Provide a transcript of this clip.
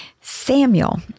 Samuel